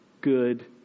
good